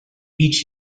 each